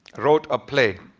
wrote a play.